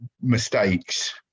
mistakes